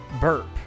burp